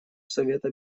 совета